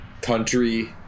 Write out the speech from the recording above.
country